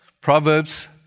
Proverbs